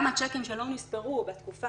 גם הצ'קים שלא נספרו בתקופה